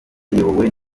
iyobowe